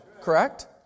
Correct